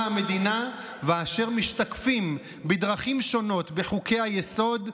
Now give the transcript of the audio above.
המדינה ואשר משתקפים בדרכים שונות בחוקי-היסוד,